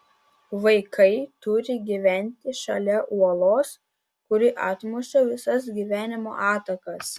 vaikai turi gyventi šalia uolos kuri atmuša visas gyvenimo atakas